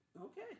Okay